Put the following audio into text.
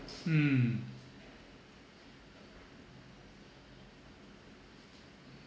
hmm